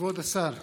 כבוד השר,